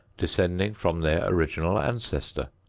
descending from their original ancestor.